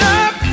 up